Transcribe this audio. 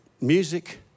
music